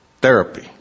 therapy